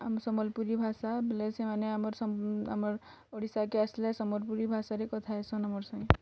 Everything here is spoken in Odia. ଆମର୍ ସମ୍ୱଲପୁରୀ ଭାଷା ବୋଲେ ସେମାନେ ଆମର୍ ଆମର୍ ଓଡ଼ିଶାକେ ଆସ୍ଲେ ସମ୍ୱଲ୍ପୁରୀ ଭାଷାରେ କଥାହେସନ୍ ଆମର୍ ସାଙ୍ଗେ